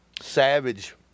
savage